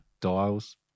dials